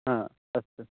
हा अस्तु